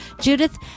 Judith